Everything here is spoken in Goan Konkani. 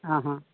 हां हां